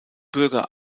bürger